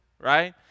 right